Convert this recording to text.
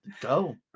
Go